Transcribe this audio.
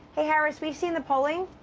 harris, we've seen the polling.